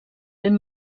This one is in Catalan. ben